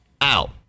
out